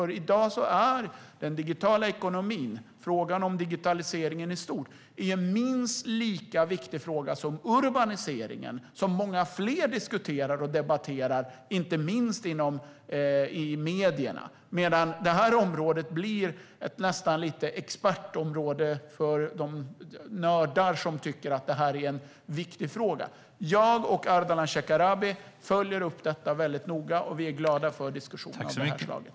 I dag är den digitala ekonomin och frågan om digitaliseringen i stort en minst lika viktig fråga som urbaniseringen, som många fler diskuterar och debatterar, inte minst i medierna. Detta område blir nästan lite av ett expertområde för de nördar som tycker att det är en viktig fråga. Jag och Ardalan Shekarabi följer upp detta noga, och vi är glada för diskussionen.